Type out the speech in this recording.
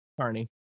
Carney